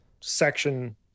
section